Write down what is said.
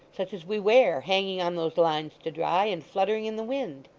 such as we wear hanging on those lines to dry, and fluttering in the wind